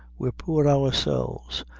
we're poor ourselves,